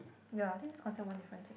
ya I think this considered one difference eh